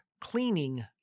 cleaning